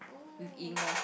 with Ying loh